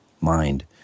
mind